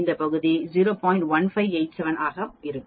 1587 ஆக இருக்கும்